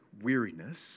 weariness